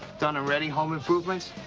done and ready home improvements,